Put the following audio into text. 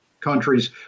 countries